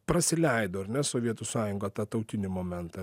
prasileido ar ne sovietų sąjungą tą tautinį momentą